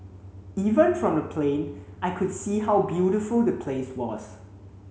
even from the plane I could see how beautiful the place was